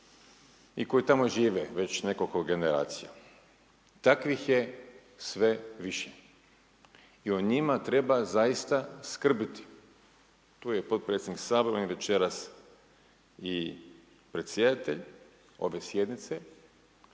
i koji tamo žive već nekoliko generacija. Takvih je sve više. I o njima treba zaista skrbiti. Tu je potpredsjednik Sabora, on je večeras i predsjedatelj ove sjednice,